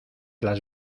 las